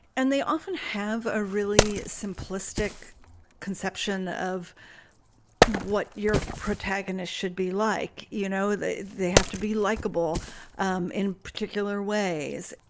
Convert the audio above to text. and they often have a really simplistic conception of what your protagonist should be like. you know, that they have to be likable um in particular ways.